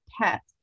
pets